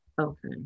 Okay